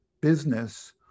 business